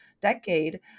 decade